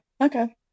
okay